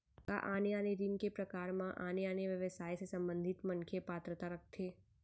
का आने आने ऋण के प्रकार म आने आने व्यवसाय से संबंधित मनखे पात्रता रखथे?